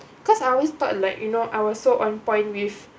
cause I always thought like you know I was so on point with